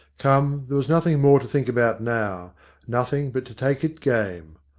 come, there was nothing more to think about now nothing but to take it game.